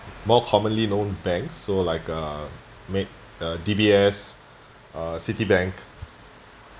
more commonly known banks so like uh may~ uh D_B_S uh citibank